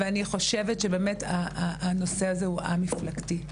אני חושבת שהנושא הזה הוא א-מפלגתי.